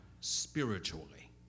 spiritually